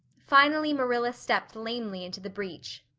finally marilla stepped lamely into the breach.